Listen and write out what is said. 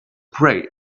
pray